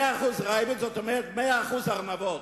זאת אומרת, 100% ארנבות.